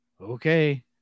okay